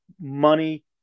money